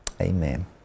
Amen